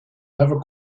never